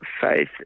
faith